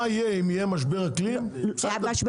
מה יהיה אם יהיה משבר אקלים, בסדר.